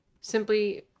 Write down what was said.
simply